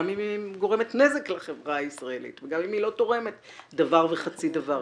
גם אם היא גורמת נזק לחברה הישראלית וגם אם היא לא תורמת דבר וחצי דבר,